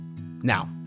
Now